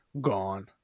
gone